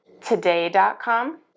today.com